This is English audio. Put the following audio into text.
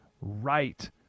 right